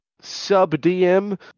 sub-DM